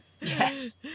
yes